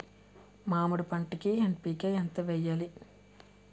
మామిడి పంటకి ఎన్.పీ.కే ఎంత వెయ్యాలి?